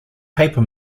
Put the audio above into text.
paper